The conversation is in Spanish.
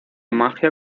magia